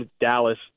Dallas